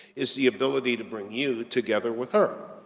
is the ability to bring you together with her.